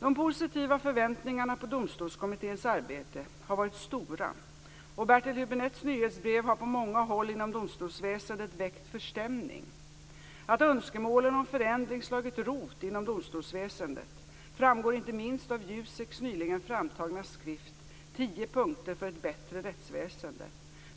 De positiva förväntningarna på Domstolskommitténs arbete har varit stora och Bertil Hübinettes nyhetsbrev har på många håll inom domstolsväsendet väckt förstämning. Att önskemålen om förändring har slagit rot inom domstolsväsendet framgår inte minst av Juseks nyligen framtagna skrift Tio punkter för ett bättre rättsväsende,